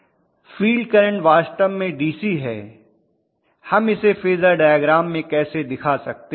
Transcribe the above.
professor field current वास्तव में DC है हम इसे फेजर डायग्राम में कैसे दिखा सकते हैं